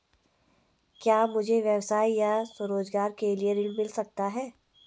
क्या मुझे व्यवसाय या स्वरोज़गार के लिए ऋण मिल सकता है?